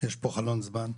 יש פה חלון זמן,